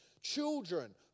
Children